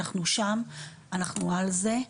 אנחנו שם ואנחנו על זה.